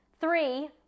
three